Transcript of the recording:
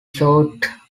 showed